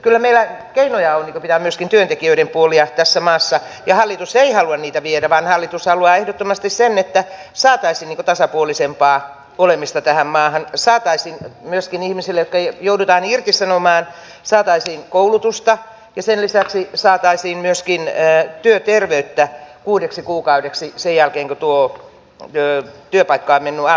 kyllä meillä keinoja on pitää myöskin työntekijöiden puolia tässä maassa ja hallitus ei halua niitä viedä vaan hallitus haluaa ehdottomasti sen että saataisiin tasapuolisempaa olemista tähän maahan ja saataisiin myöskin koulutusta ihmisille jotka joudutaan irtisanomaan ja sen lisäksi saataisiin myöskin työterveyttä kuudeksi kuukaudeksi sen jälkeen kun työpaikka on mennyt alta